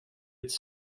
its